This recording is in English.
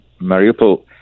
Mariupol